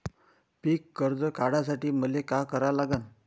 पिक कर्ज काढासाठी मले का करा लागन?